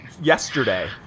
yesterday